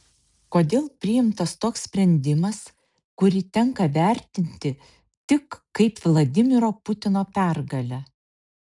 kodėl priimtas toks sprendimas kurį tenka vertinti tik kaip vladimiro putino pergalę